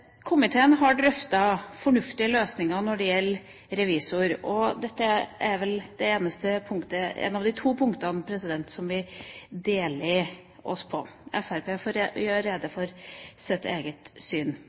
Komiteen har drøftet fornuftige løsninger når det gjelder revisor. Dette er ett av de to punktene der vi deler oss. Fremskrittspartiet får gjøre rede for sitt eget syn.